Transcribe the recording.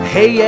Hey